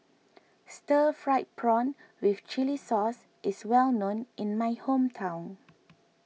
Stir Fried Prawn with Chili Sauce is well known in my hometown